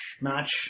match